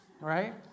right